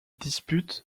dispute